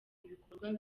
ibikorwa